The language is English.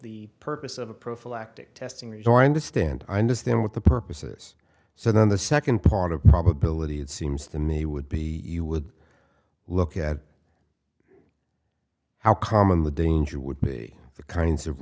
the purpose of a prophylactic testing rejoinder stand i understand what the purposes so then the second part of probability it seems to me would be you would look at how common the danger would be the kinds of